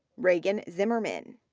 reagan zimmerman.